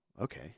okay